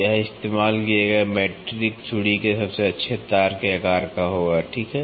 यह इस्तेमाल किए गए मीट्रिक चूड़ी के सबसे अच्छे तार के आकार का होगा ठीक है